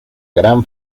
gran